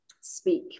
speak